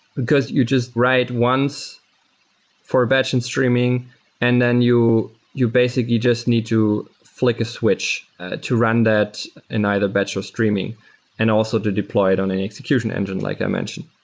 because you just write once for batch and streaming and then you you basically just need to flick a switch to run that in either batch or streaming and also to deploy it on a execution engine like i mentioned.